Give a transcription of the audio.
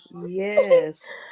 Yes